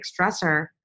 stressor